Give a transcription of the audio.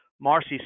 Marcy